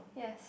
yes